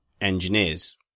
engineers